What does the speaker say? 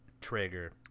trigger